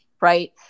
right